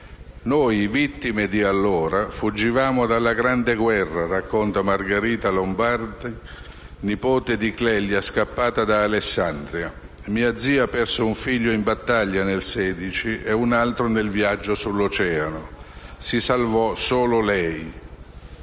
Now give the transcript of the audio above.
Noi, vittime di allora, fuggivamo dalla Grande Guerra. Racconta Margherita Lombardi, nipote di Clelia scappata da Alessandria: "Mia zia perse un figlio in battaglia nel 1916 e un altro nel viaggio sull'Oceano. Si salvò solo lei"».